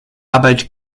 arbeit